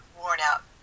worn-out